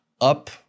up